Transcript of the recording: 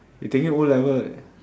he taking o-level eh